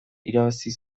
irabazi